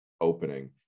opening